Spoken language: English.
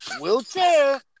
wheelchair